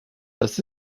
das